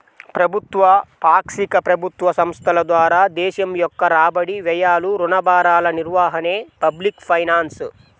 ప్రభుత్వ, పాక్షిక ప్రభుత్వ సంస్థల ద్వారా దేశం యొక్క రాబడి, వ్యయాలు, రుణ భారాల నిర్వహణే పబ్లిక్ ఫైనాన్స్